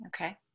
Okay